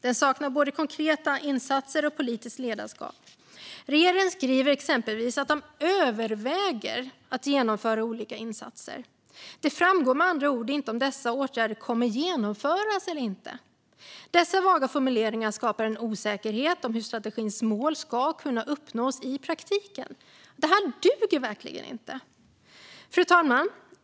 Den saknar både konkreta insatser och politiskt ledarskap. Regeringen skriver exempelvis att de överväger att genomföra olika insatser. Det framgår med andra ord inte om dessa åtgärder kommer att genomföras eller inte. Dessa vaga formuleringar skapar en osäkerhet om hur strategins mål ska kunna uppnås i praktiken. Det här duger verkligen inte! Fru talman!